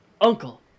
Uncle